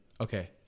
okay